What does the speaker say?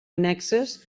annexes